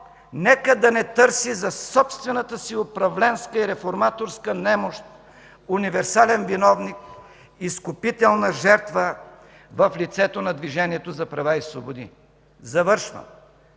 нека да не търси за собствената си управленска и реформаторска немощ универсален виновник, изкупителна жертва в лицето на Движението за права и свободи. Завършвам,